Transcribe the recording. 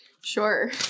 Sure